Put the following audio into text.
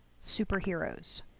superheroes